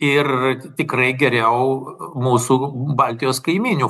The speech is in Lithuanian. ir tikrai geriau mūsų baltijos kaimynių